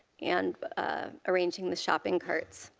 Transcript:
and ah arranging the shopping carts.